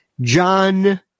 John